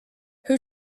who